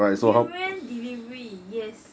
durian delivery yes